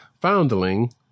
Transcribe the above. foundling